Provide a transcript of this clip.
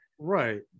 Right